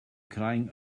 crying